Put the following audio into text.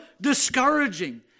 discouraging